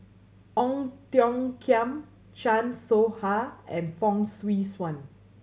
Ong Tiong Khiam Chan Soh Ha and Fong Swee Suan